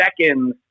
Seconds